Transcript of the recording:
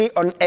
on